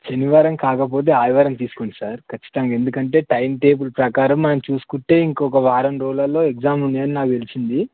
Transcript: శనివారం కాకపోతే ఆదివారం తీసుకోండి సార్ ఖచ్చితంగా ఎందుకంటే టైమ్ టేబుల్ ప్రకారం మనం చూసుకుంటే ఇంకొక వారం రోజులల్లో ఎక్సామ్ ఉంది అని నాకు తెలిసింది